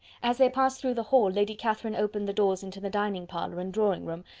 as they passed through the hall, lady catherine opened the doors into the dining-parlour and drawing-room,